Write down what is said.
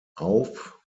auf